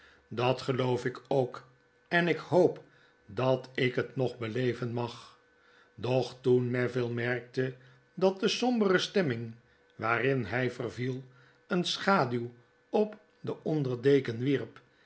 dat geloof ik ook en ik hoop dat ik het nog beleven mag doch toen neville merkte dat de sombere stemming waarin hij verviel een schaduw op den onder deken wierp